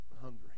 hungry